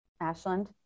Ashland